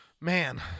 man